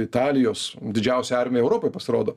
italijos didžiausia armija europoj pasirodo